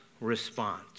response